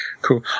Cool